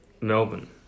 Melbourne